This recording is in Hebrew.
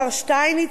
מר שטייניץ,